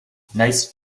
nice